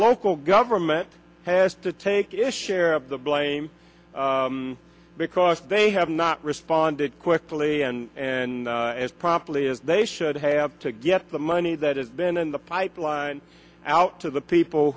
local government has to take issue of the blame because they have not responded quickly and and as promptly as they should have to get the money that has been in the pipeline out to the people